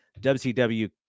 WCW